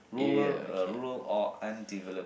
rural uh rural or undeveloped